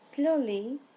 Slowly